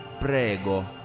Prego